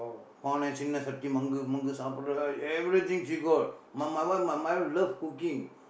பானை சின்ன சட்டி மங்கு மங்கு சாப்பிடுறது:paanai sinna satdi mangku saappidurathu everything she got my my wife my my wife love cooking